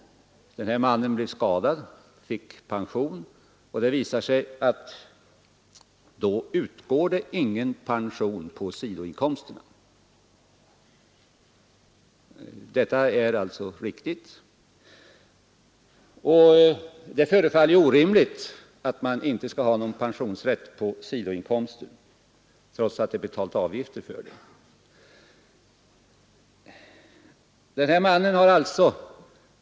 Den här mannen blev skadad och fick pension. Det visade sig då att det inte utgår någon pension på sidoinkomster. Det förefaller orimligt att man inte skall ha någon pensionsrätt på sidoinkomster som man ju ändå betalat avgifter för.